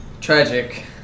tragic